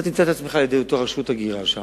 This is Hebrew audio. תמצא את עצמך בידי רשות ההגירה שם,